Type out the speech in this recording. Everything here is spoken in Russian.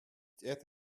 эта